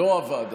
לא עבד.